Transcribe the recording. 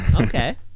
Okay